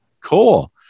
Cool